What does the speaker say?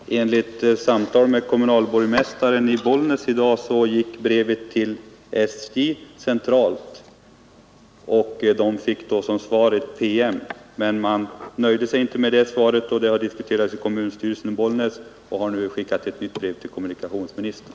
Herr talman! Enligt samtal som jag haft med kommunalborgmästaren i Bollnäs i dag gick brevet till SJ centralt. Man fick då som svar ett PM, men man nöjde sig inte med detta svar. Saken har diskuterats i kommunstyrelsen i Bollnäs, och man har nu skickat ett nytt brev till kommunikationsministern.